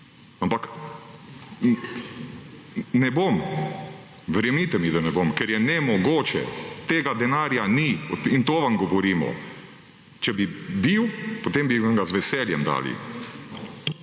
Ampak ne bom. Verjemite mi, da ne bom. Ker je nemogoče, tega denarja ni, in to vam govorimo. Če bi bil, potem bi vam ga z veseljem dali.